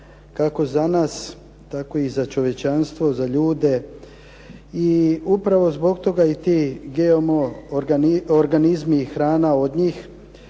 kako za nas tako i za čovječanstvo, za ljude i upravo zbog toga i ti GMO organizmi i hrana od njih